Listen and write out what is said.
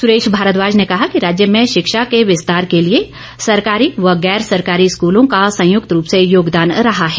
सुरेश भारद्वाज ने कहा कि राज्य में शिक्षा के विस्तार के लिए सरकारी व गैर सरकारी स्कूलों का संयुक्त रूप से योगदान रहा है